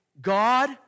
God